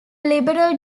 liberal